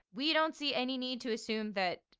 we don't see any need to assume that,